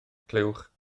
clywch